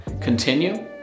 continue